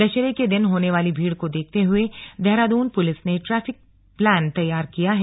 दशहरे के दिन होने वाली भीड़ को देखते हुए देहरादून पुलिस ने ट्रैफिक प्लान तैयार किया है